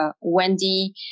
Wendy